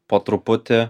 po truputį